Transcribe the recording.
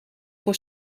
voor